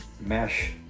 mesh